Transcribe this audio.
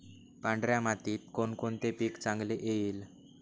पांढऱ्या मातीत कोणकोणते पीक चांगले येईल?